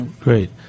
Great